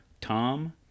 Tom